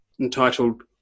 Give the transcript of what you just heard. entitled